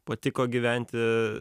patiko gyventi